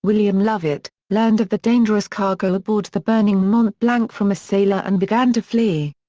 william lovett, learned of the dangerous cargo aboard the burning mont-blanc from a sailor and began to flee.